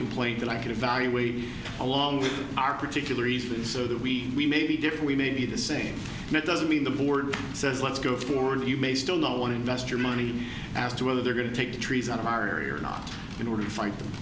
complaint that i can evaluate along with our particular reason so that we we may be different we may be the same met doesn't mean the board says let's go forward you may still no one invest your money as to whether they're going to take the trees out of our area or not in order to fight them